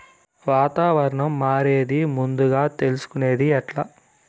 వాతావరణం మారేది ముందుగా తెలుసుకొనేది ఎట్లా?